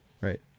right